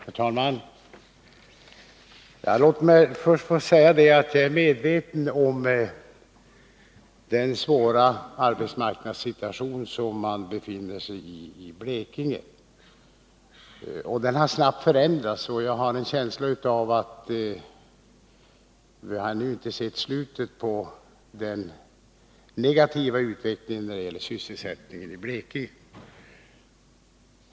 Herr talman! Låt mig först få säga att jag är medveten om den svåra arbetsmarknadssituationen i Blekinge. Situationen har snabbt förändrats, och jag har en känsla av att vi ännu inte sett slutet på den negativa utvecklingen när det gäller sysselsättningen i Blekinge.